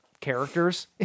characters